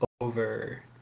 over